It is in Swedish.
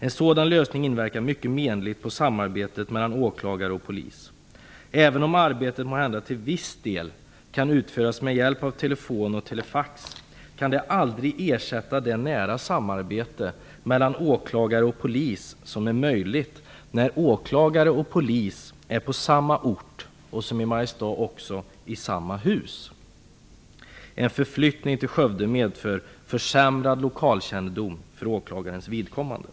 En sådan lösning inverkar mycket menligt på samarbetet mellan åklagare och polis. Även om arbetet måhända till viss del kan utföras med hjälp av telefon och telefax kan det aldrig ersätta det nära samarbetet mellan åklagare och polis som är möjligt när åklagare och polis är på samma ort och, som i Mariestad, också i samma hus. En förflyttning till Skövde medför försämrad lokalkännedom för åklagarens vidkommande.